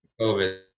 COVID